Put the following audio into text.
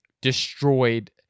destroyed